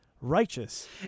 righteous